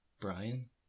Brian